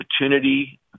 opportunity